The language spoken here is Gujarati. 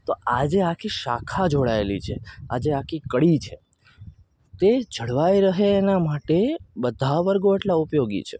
તો આજે આખી શાખા જોડાયેલી છે આજે આખી કડી છે તે જળવાય રહે એના માટે બધા વર્ગો આટલા ઉપયોગી છે